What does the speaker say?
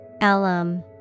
alum